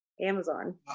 amazon